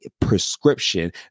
prescription